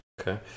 Okay